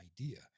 idea